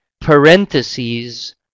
parentheses